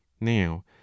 now